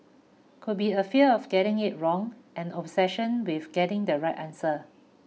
could be a fear of getting it wrong an obsession with getting the right answer